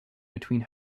between